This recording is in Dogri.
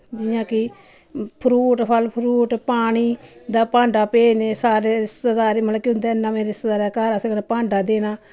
जि'यां कि फ्रूट फल फ्रूट पानी दा भांडा भेजने सारे रिश्तेदार मतलब कि उं'दे नमें रिश्तेदारे दे घर अस कन्नै भांडा देना